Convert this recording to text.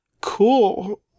Cool